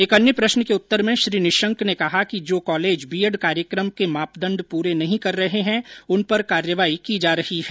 एक अन्य प्रश्न के उत्तर में श्री निशंक ने कहा कि जो कॉलेज बीएड कार्यक्रम के मापदंड पूरे नहीं कर रहे हैं उन पर कार्रवाई की जा रही है